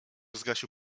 zgasił